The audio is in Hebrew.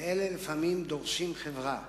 ואלה לפעמים דורשים חברה.